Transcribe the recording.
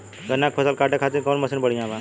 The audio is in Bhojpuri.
गन्ना के फसल कांटे खाती कवन मसीन बढ़ियां बा?